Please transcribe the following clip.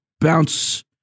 bounce